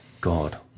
God